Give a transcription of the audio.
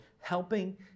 helping